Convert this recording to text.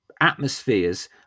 atmospheres